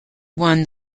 won